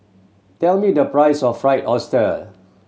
tell me the price of Fried Oyster